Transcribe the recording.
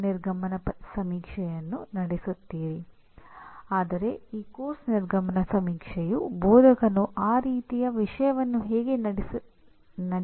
ಆದ್ದರಿಂದ ವಿದ್ಯಾರ್ಥಿಯು ಈ ಪರಿಣಾಮಗಳ ಸಾಧನೆಯನ್ನು ಕಾರ್ಯಕ್ರಮದ ಕೊನೆಯಲ್ಲಿ ಅಥವಾ ಪಠ್ಯಕ್ರಮದ ಕೊನೆಯಲ್ಲಿ ಪ್ರದರ್ಶಿಸಲು ಸಾಧ್ಯವಾಗಬೇಕು